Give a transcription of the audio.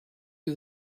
you